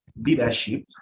leadership